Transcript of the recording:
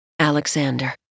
Alexander